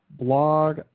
Blog